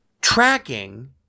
tracking